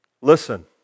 Listen